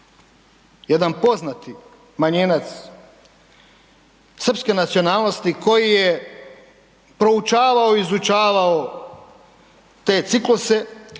jedan poznati manjinac srpske nacionalnosti koji je proučavao i izučavao te cikluse,